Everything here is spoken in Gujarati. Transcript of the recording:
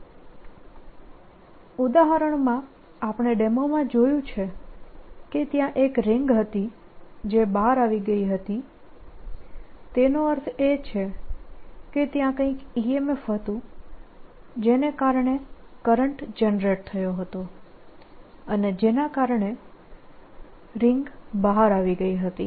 dsBddtds ઉદાહરણમાં આપણે ડેમોમાં જોયું કે ત્યાં એક રિંગ હતી જે બહાર આવી ગઈ હતી તેનો અર્થ એ છે કે ત્યાં કંઈક EMF હતું જેને કારણે કરંટ જનરેટ થયો હતો અને જેના કારણે રિંગ બહાર આવી ગઈ હતી